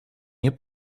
nie